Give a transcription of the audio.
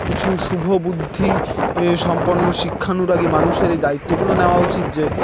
কিছু শুভ বুদ্ধি সম্পন্ন শিক্ষানুরাগী মানুষের এই দায়িত্বগুলো নেওয়া উচিত যে